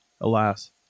alas